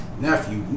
Nephew